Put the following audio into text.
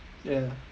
ya